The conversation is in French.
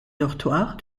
dortoirs